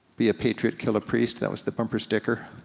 be a patriot kill a priest, that was the bumper sticker.